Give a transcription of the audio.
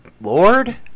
Lord